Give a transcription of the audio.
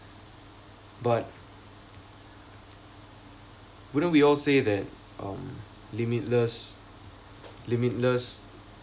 but wouldn't we all say that um limitless limitless